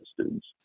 students